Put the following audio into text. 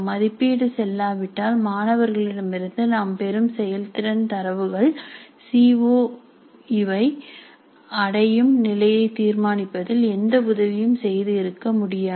மதிப்பீடு செல்லாவிட்டால் மாணவர்களிடம் இருந்து நாம் பெறும் செயல்திறன் தரவுகள் சி ஓ இவை அடையும் நிலையை தீர்மானிப்பதில் எந்த உதவியும் செய்து இருக்க முடியாது